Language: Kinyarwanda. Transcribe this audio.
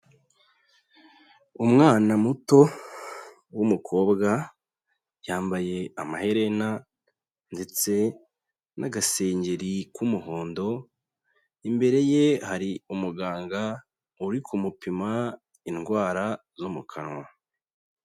Umwana muto w'umukobwa, yambaye amaherena ndetse n'agasengeri k'umuhondo, imbere ye hari umuganga uri kumupima indwara zo mu kanwa.